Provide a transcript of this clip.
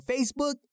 Facebook